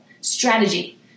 strategy